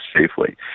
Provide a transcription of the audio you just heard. safely